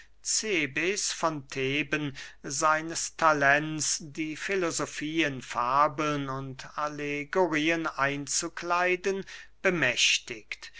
von theben seines talents die filosofie in fabeln und allegorien einzukleiden bemächtigt